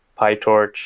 PyTorch